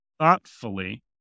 thoughtfully